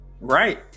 Right